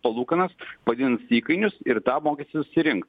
palūkanas padidins įkainius ir tą mokestį susirinks